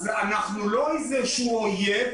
אז אנחנו לא איזשהו אויב,